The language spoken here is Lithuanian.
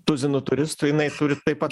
tuzinu turistų jinai turi taip pat